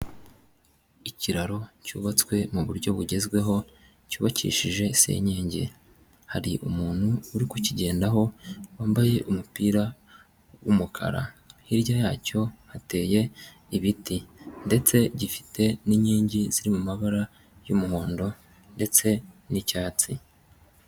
Ikiraro cyubatswe mu buryo bugezweho cyubakishije senyenge, hari umuntu uri kukigendaho wambaye umupira w'umukara, hirya yacyo hateye ibiti ndetse gifite n'inkingi ziri mu mabara y'umuhondo ndetse n'icyatsi.